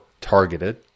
targeted